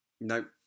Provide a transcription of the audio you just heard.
Nope